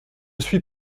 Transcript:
suis